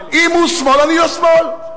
אם הוא שמאל אני לא שמאל.